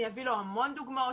אני אביא לו המון דוגמאות,